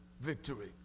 victory